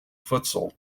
futsal